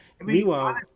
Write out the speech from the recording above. meanwhile